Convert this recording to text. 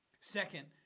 Second